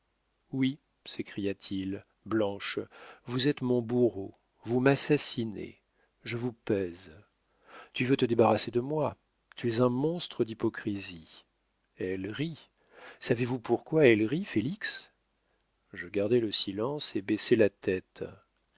oui s'écria-t-il blanche vous êtes mon bourreau vous m'assassinez je vous pèse tu veux te débarrasser de moi tu es un monstre d'hypocrisie elle rit savez-vous pourquoi elle rit félix je gardai le silence et baissai la tête